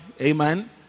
Amen